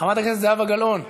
חברת הכנסת זהבה גלאון מוותרת.